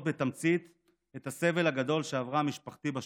בתמצית את הסבל הגדול שעברה משפחתי בשואה.